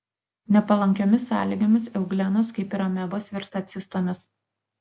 nepalankiomis sąlygomis euglenos kaip ir amebos virsta cistomis